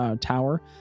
tower